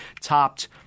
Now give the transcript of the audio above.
topped